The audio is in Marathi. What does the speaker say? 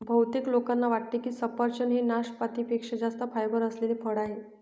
बहुतेक लोकांना वाटते की सफरचंद हे नाशपाती पेक्षा जास्त फायबर असलेले फळ आहे